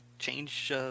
change